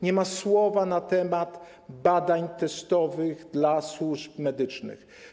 Nie ma słowa na temat badań testowych dla służb medycznych.